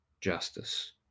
justice